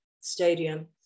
stadium